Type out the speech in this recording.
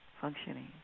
functioning